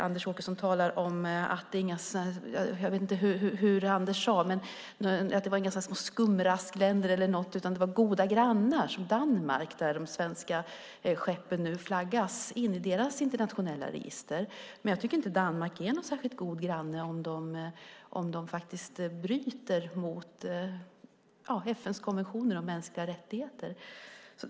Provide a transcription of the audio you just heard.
Anders Åkesson sade att det inte var skumraskländer eller något utan talade om goda grannar som Danmark där de svenska skeppen nu flaggas i deras internationella register. Jag tycker inte att Danmark är en särskilt god granne om de bryter mot FN:s konvention om mänskliga rättigheter.